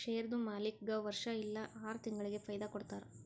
ಶೇರ್ದು ಮಾಲೀಕ್ಗಾ ವರ್ಷಾ ಇಲ್ಲಾ ಆರ ತಿಂಗುಳಿಗ ಫೈದಾ ಕೊಡ್ತಾರ್